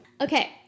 Okay